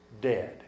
dead